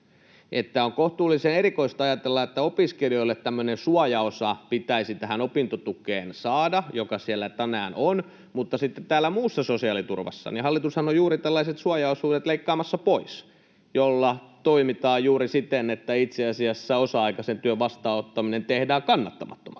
On kohtuullisen erikoista ajatella, että opiskelijoille pitäisi tähän opintotukeen saada tämmöinen suojaosa, joka siellä tänään on, mutta sitten täällä muussa sosiaaliturvassa hallitushan on juuri tällaiset suojaosuudet leikkaamassa pois, jolloin toimitaan juuri siten, että itse asiassa osa-aikaisen työn vastaanottaminen tehdään kannattamattomaksi.